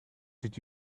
did